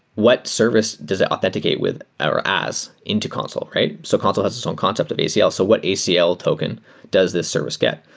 what service does that authenticate with or as into consul, right? so consul has its own concept of acl. so what acl token does this service get?